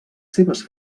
seves